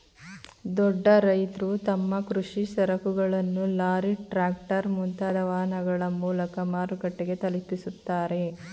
ದೊಡ್ಡ ರೈತ್ರು ತಮ್ಮ ಕೃಷಿ ಸರಕುಗಳನ್ನು ಲಾರಿ, ಟ್ರ್ಯಾಕ್ಟರ್, ಮುಂತಾದ ವಾಹನಗಳ ಮೂಲಕ ಮಾರುಕಟ್ಟೆಗೆ ತಲುಪಿಸುತ್ತಾರೆ